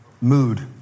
mood